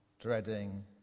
dreading